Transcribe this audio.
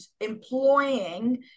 employing